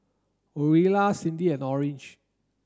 Orilla Cyndi and Orange